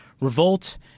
revolt